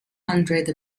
hundred